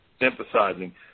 emphasizing